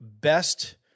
best